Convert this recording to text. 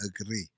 agree